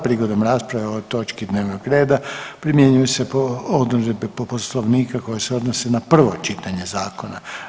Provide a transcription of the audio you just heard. Prigodom rasprave o ovoj točki dnevnog reda primjenjuju se odredbe Poslovnika koje se odnose na prvo čitanje zakona.